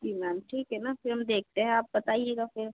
जी ma'am ठीक है ma'am फ़िर हम देखते हैं आप बताइएगा फ़िर